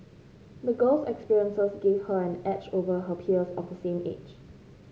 the girl's experiences gave her an edge over her peers of the same age